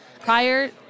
prior